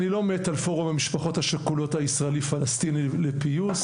אני לא מת על פורום המשפחות השכולות הישראלי פלסטיני לפיוס,